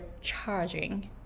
charging